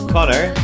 Connor